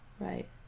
Right